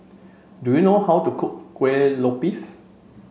do you know how to cook Kueh Lopes